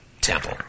temple